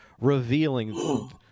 revealing